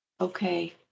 Okay